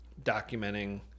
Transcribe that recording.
documenting